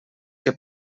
que